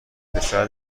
پسر